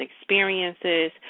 experiences